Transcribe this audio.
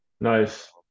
Nice